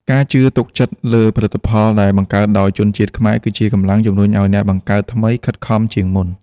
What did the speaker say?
ការជឿទុកចិត្តលើផលិតផលដែលបង្កើតដោយជនជាតិខ្មែរគឺជាកម្លាំងជំរុញឱ្យអ្នកបង្កើតថ្មីខិតខំជាងមុន។